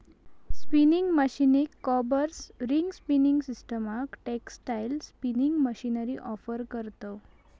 spinning मशीनीक combers, ring spinning सिस्टमाक textile spinning machinery offer करतव